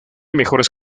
mejores